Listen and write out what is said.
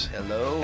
Hello